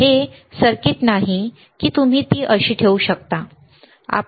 हे सर्किट नाही ही गोष्ट नाही की तुम्ही ती अशी ठेवू शकता बरोबर